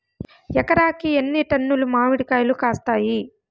ఎకరాకి ఎన్ని టన్నులు మామిడి కాయలు కాస్తాయి?